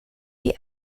die